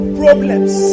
problems